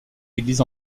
églises